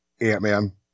Ant-Man